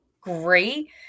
great